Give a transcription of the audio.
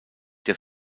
der